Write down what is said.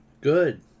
Good